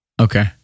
Okay